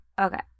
Okay